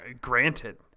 Granted